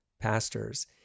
pastors